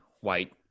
white